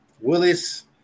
Willis